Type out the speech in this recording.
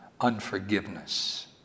unforgiveness